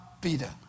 Peter